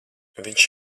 viņš